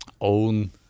own